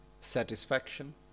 Satisfaction